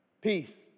Peace